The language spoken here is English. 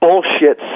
Bullshit